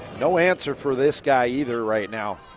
no answer for this guy either right now.